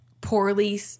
poorly